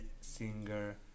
singer